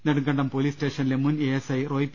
Nedumkandam police സ്റ്റേഷനിലെ മുൻ A S I Roy P